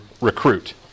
recruit